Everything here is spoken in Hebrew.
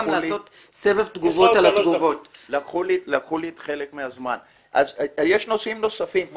אז יש נושאים נוספים,